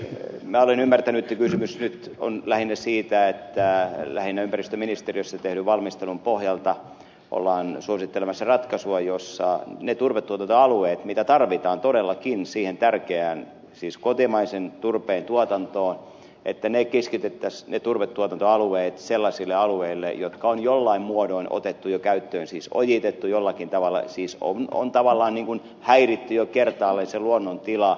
minä olen ymmärtänyt että kysymys nyt on siitä että lähinnä ympäristöministeriössä tehdyn valmistelun pohjalta ollaan suosittelemassa ratkaisua jossa ne turvetuotantoalueet joita tarvitaan todellakin siihen tärkeään kotimaiseen turpeen tuotantoon keskitettäisiin sellaisille alueille jotka on jollain muodoin otettu jo käyttöön siis ojitettu jollakin tavalla on tavallaan ikään kuin häiritty jo kertaalleen se luonnontila